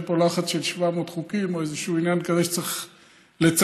שאין פה לחץ של 700 חוקים או איזשהו עניין כזה שמצריך לצמצם.